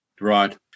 Right